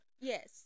Yes